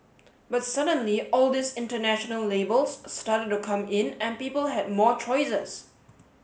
but suddenly all these international labels started to come in and people had more choices